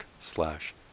slash